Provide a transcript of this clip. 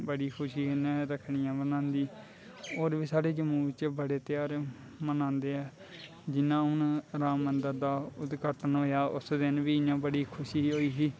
बड़ी खुशी कन्नै रक्खड़ियां बनांदी होर बी साढ़े जम्मू च बड़े त्यहार मनांदे ऐ जियां हून राम मंदर दा उद्घाटन होएया उस दिन बी बड़ी खुशी होई ही